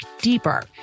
deeper